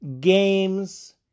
games